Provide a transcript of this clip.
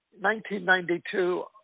1992